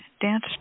dance